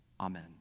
Amen